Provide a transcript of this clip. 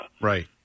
Right